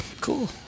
cool